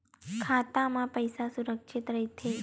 खाता मा पईसा सुरक्षित राइथे?